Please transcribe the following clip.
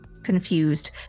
confused